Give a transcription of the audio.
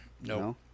No